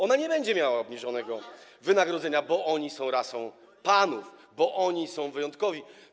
Ona nie będzie miała obniżonego wynagrodzenia, bo oni są rasą panów, bo oni są wyjątkowi.